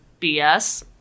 bs